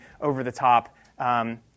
over-the-top